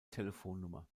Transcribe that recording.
telefonnummer